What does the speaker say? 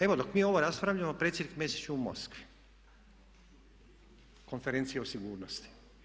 Evo dok mi ovo raspravljamo predsjednik Mesić je u Moskvi, konferencija o sigurnosti.